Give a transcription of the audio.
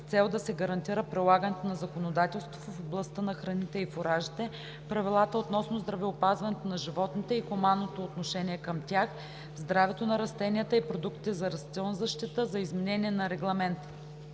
с цел да се гарантира прилагането на законодателството в областта на храните и фуражите, правилата относно здравеопазването на животните и хуманното отношение към тях, здравето на растенията и продуктите за растителна защита, за изменение на регламенти